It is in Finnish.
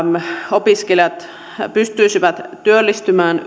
opiskelijat pystyisivät työllistymään